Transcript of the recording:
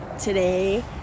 Today